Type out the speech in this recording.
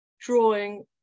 drawing